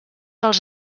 els